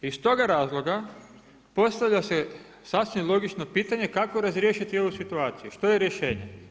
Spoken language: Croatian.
Iz toga razloga postavlja se sasvim logično pitanje kako razriješiti ovu situaciju, što je rješenje.